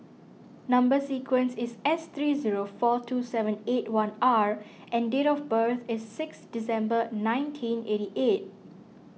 Number Sequence is S three zero four two seven eight one R and date of birth is six December nineteen eighty eight